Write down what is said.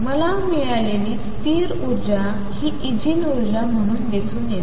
मला मिळालेली स्थिर ऊर्जा हि ईजेन ऊर्जा म्हणून दिसून येते